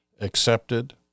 accepted